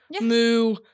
Moo